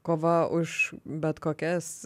kova už bet kokias